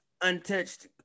untouched